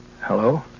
Hello